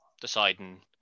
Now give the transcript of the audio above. deciding